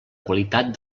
qualitat